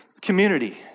community